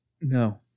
No